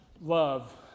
love